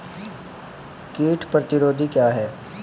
कीट प्रतिरोधी क्या है?